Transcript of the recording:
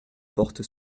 porte